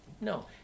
no